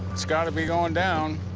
it's gotta be goin' down.